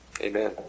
amen